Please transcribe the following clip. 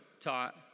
taught